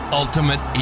ultimate